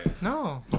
No